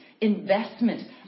investment